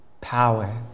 power